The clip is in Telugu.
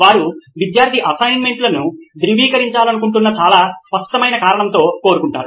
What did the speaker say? వారు విద్యార్థి అసైన్మెంట్లను ధృవీకరించాలనుకుంటున్న చాలా స్పష్టమైన కారణంతో కోరుకుంటారు